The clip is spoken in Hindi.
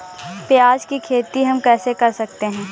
प्याज की खेती हम कैसे कर सकते हैं?